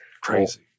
crazy